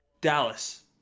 dallas